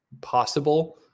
possible